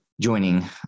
joining